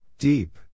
Deep